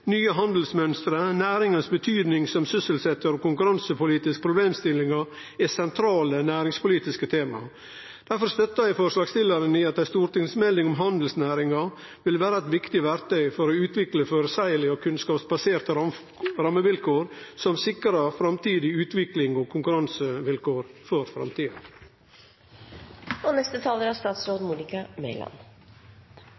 nye handelsmønster, næringa si betyding som sysselsetjar og konkurransepolitiske problemstillingar er sentrale næringspolitiske tema. Difor støttar eg forslagsstillarane i at ei stortingsmelding om handelsnæringa vil vere eit viktig verktøy for å utvikle føreseielege og kunnskapsbaserte rammevilkår, som sikrar framtidig utvikling og konkurransevilkår for framtida. Handelsnæringen har stor betydning for norsk økonomi og verdiskaping. Næringen er